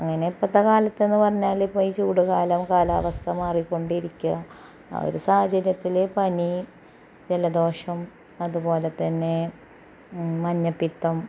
അങ്ങനെ ഇപ്പോഴത്തെ കാലത്തെന്ന് പറഞ്ഞാൽ ഇപ്പോൾ ഈ ചൂടുകാലം കാലാവസ്ഥ മാറിക്കൊണ്ടിരിക്കുക ആ ഒരു സാഹചര്യത്തിൽ പനി ജലദോഷം അതുപോലെ തന്നെ മഞ്ഞപ്പിത്തം